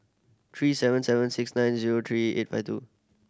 three seven seven six nine zero three eight five two